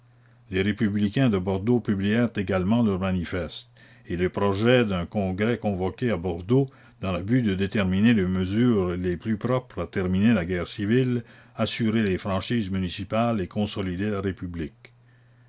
les républicains de bordeaux publièrent également leur manifeste et le projet d'un congrès convoqué à bordeaux dans le but de déterminer les mesures les plus propres à terminer la guerre civile assurer les franchises municipales et consolider la république